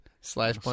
slash